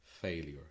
failure